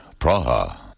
Praha